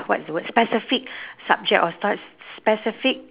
what's the word specific subject or specific